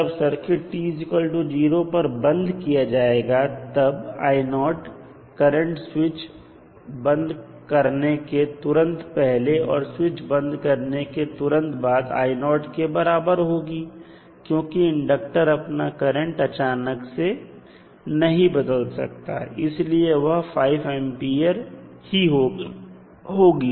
जब सर्किट को t0 पर बंद किया जाएगा तब करंट स्विच बंद करने के तुरंत पहले और स्विच बंद करने के तुरंत बाद के बराबर होगी क्योंकि इंडक्टर अपना करंट अचानक से नहीं बदल सकता इसलिए वह 5 A ही होगी